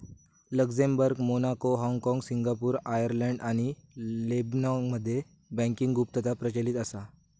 Luxembourg, Monaco, हाँगकाँग, Singapore, Ireland आणि लेबनॉनमध्ये बँकिंग गुप्तता प्रचलित असा